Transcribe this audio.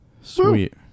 Sweet